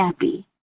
happy